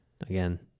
Again